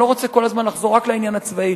אני לא רוצה כל הזמן לחזור רק לעניין הצבאי,